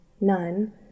none